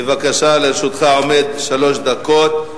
בבקשה, לרשותך עומדות שלוש דקות.